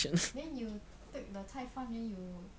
then you take the 菜饭 then you